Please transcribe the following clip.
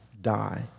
die